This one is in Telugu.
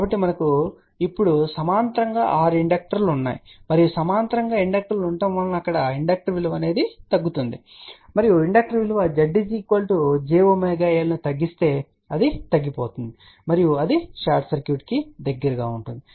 కాబట్టి మనకు ఇప్పుడు సమాంతరంగా 6 ఇండక్టర్ లు ఉన్నాయి మరియు సమాంతరంగా ఇండక్టర్ లు ఉండడం వలన అక్కడ ఇండక్టర్ విలువ తగ్గుతుంది మరియు ఇండక్టర్ విలువ Z jωL ను తగ్గిస్తే అది తగ్గిపోతుంది మరియు అది షార్ట్ సర్క్యూట్కు దగ్గరగా ఉంటుంది